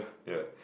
ya